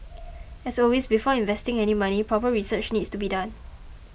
as always before investing any money proper research needs to be done